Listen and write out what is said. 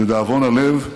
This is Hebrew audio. לדאבון הלב,